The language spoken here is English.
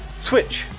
Switch